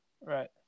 Right